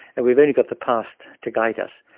and we've only got the past to guide us.